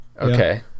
Okay